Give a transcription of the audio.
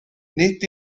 nid